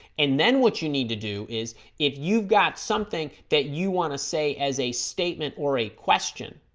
and then what you need to do is if you've got something that you want to say as a statement or a question